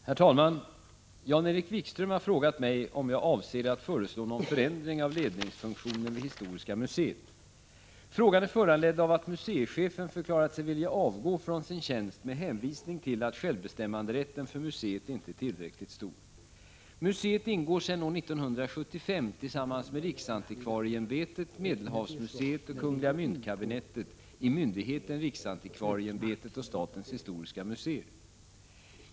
Herr talman! Jan-Erik Wikström har frågat mig om jag avser att föreslå någon förändring av ledningsfunktionen vid historiska museet. Frågan är föranledd av att museichefen förklarat sig vilja avgå från sin tjänst med hänvisning till att självbestämmanderätten för museet inte är tillräckligt stor. Museet ingår sedan år 1975 tillsammans med riksantikvarieämbetet, medelhavsmuseet och kungl. myntkabinettet i myndigheten riksantikvarieämbetet och statens historiska museer.